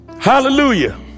Hallelujah